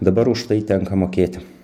dabar už tai tenka mokėti